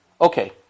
Okay